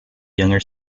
younger